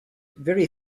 very